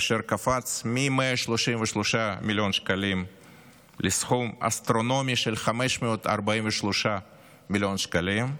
אשר קפץ מ-133 מיליון שקלים לסכום אסטרונומי של 543 מיליון שקלים,